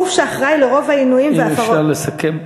אם אפשר לסכם.